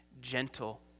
Gentle